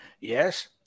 Yes